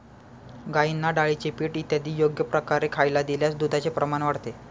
गाईंना डाळीचे पीठ इत्यादी योग्य प्रकारे खायला दिल्यास दुधाचे प्रमाण वाढते